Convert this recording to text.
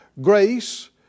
Grace